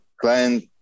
client